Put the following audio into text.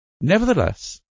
Nevertheless